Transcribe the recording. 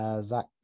Zach